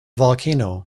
volcano